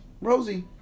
Rosie